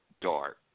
dark